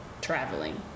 traveling